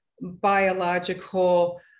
biological